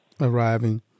arriving